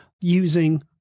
using